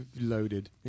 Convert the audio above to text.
loaded